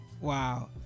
wow